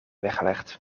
weggelegd